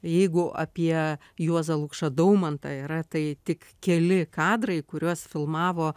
jeigu apie juozą lukšą daumantą yra tai tik keli kadrai kuriuos filmavo